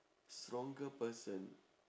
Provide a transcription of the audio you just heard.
stronger person